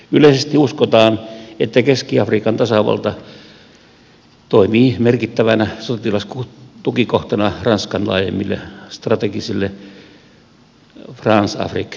yleisesti uskotaan että keski afrikan tasavalta toimii merkittävänä sotilastukikohtana ranskan laajemmille strategisille francafrique pyrkimyksille